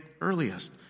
earliest